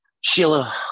Sheila